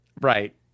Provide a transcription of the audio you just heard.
Right